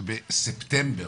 שבספטמבר,